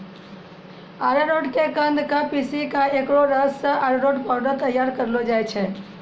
अरारोट के कंद क पीसी क एकरो रस सॅ अरारोट पाउडर तैयार करलो जाय छै